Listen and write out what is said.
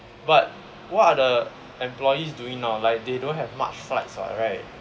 but what are the employees doing now like they don't have much flights [what] right